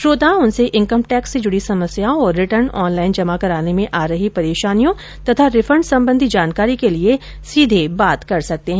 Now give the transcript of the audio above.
श्रोता उनसे income tax से जुडी समस्याओं और रिटर्न ऑनलाईन जमा कराने में आ रही परेशानियों और रिफंड संबंधी जानकारी के लिये सीधे बात कर सकते है